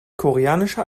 koreanische